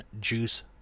Juice